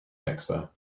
mixer